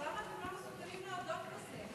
למה אתם לא מסוגלים להודות בזה?